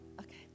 Okay